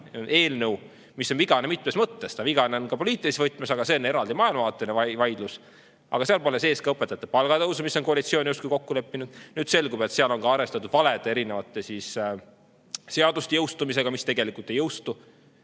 eelnõu on vigane mitmes mõttes. Ta on vigane ka poliitilises mõttes, aga see on eraldi maailmavaateline vaidlus, kuid seal pole sees ka õpetajate palga tõusu, mis on koalitsioonis justkui kokku lepitud. Nüüd selgub, et seal on arvestatud ka erinevate seaduste jõustumisega, mis tegelikult ei jõustu.